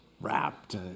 wrapped